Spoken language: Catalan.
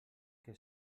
que